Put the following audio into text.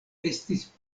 estis